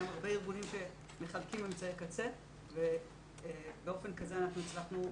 יש הרבה ארגונים שמחלקים אמצעי קצה ובאופן כזה הצלחנו.